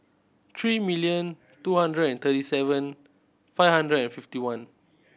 three million two hundred and thirty seven five hundred and fifty one